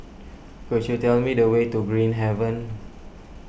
could you tell me the way to Green Haven